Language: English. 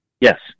Yes